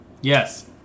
Yes